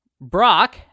Brock